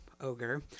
ogre